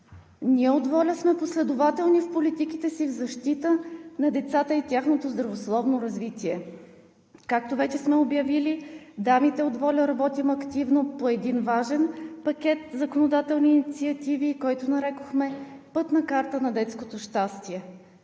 Ние от ВОЛЯ сме последователни в политиките си в защита на децата и тяхното здравословно развитие. Както вече сме обявили, дамите от ВОЛЯ работим активно по един важен пакет законодателни инициативи, който нарекохме „Пътна карта на детското щастие“.